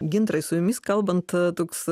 gintarai su jumis kalbant toks